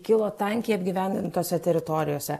kilo tankiai apgyvendintose teritorijose